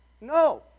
No